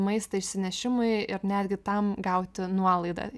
maistą išsinešimui ir netgi tam gauti nuolaidą